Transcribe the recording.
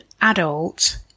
adult